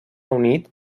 unit